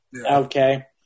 okay